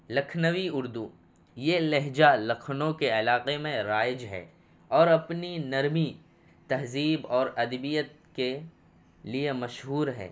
لکھنوی اردو یہ لہجہ لکھنؤ کے علاقہ میں رائج ہے اور اپنی نرمی تہذیب اور ادبیت کے لیے مشہور ہے